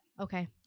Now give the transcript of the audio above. Okay